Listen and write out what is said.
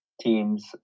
teams